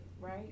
right